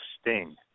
sting